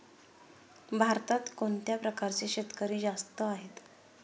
भारतात कोणत्या प्रकारचे शेतकरी जास्त आहेत?